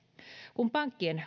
kun pankkien